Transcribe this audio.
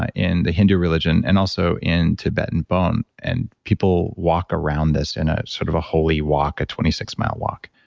ah in the hindu religion, and also in tibetan bon. and people walk around this in a sort of a holy walk, a twenty six mile walk.